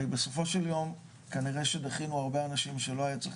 הרי בסופו של יום כנראה שדחינו הרבה אנשים שלא היה צריך